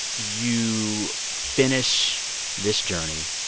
you finish this journey.